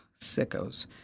sickos